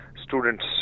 Students